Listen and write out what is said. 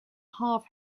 half